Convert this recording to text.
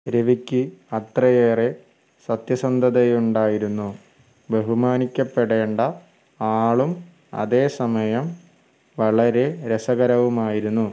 രവിക്ക് അത്രയേറെ സത്യസന്ധതയുണ്ടായിരുന്നു ബഹുമാനിക്കപ്പെടേണ്ട ആളും അതേ സമയം വളരെ രസകരവുമായിരുന്നു